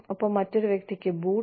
ഒപ്പം മറ്റൊരു വ്യക്തിക്ക് ബൂട്ട്